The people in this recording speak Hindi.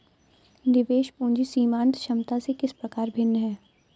निवेश पूंजी सीमांत क्षमता से किस प्रकार भिन्न है?